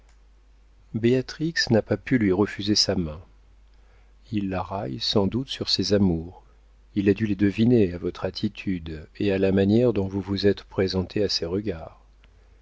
béatrix n'a pas pu lui refuser sa main il la raille sans doute sur ses amours il a dû les deviner à votre attitude et à la manière dont vous vous êtes présentés à ses regards